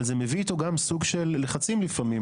אבל זה מביא איתו גם סוג של לחצים לפעמים